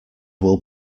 will